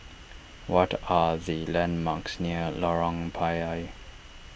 what are the landmarks near Lorong Payah